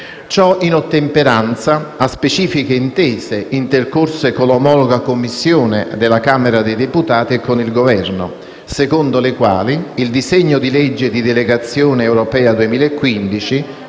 Ciò in ottemperanza a specifiche intese intercorse con l'omologa Commissione della Camera dei deputati e con il Governo, secondo le quali il disegno di legge di delegazione europea 2015,